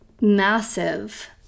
massive